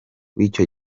w’icyo